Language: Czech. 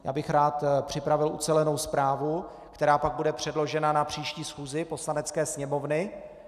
Já bych rád připravil ucelenou zprávu, která pak bude předložena na příští schůzi Poslanecké sněmovny.